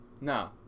No